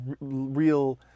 real